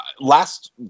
last